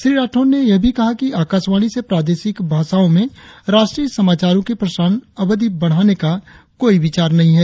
श्री राठौड़ ने यह भी कहा है कि आकाशवाणी से प्रादेशिक भाषाओं में राष्ट्रीय समाचारों की प्रसारण अवधि बढ़ाने का कोई विचार नही है